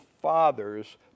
fathers